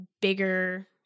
bigger